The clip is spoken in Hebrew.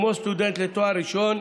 כמו סטודנט לתואר ראשון,